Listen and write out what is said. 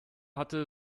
hatte